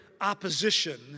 opposition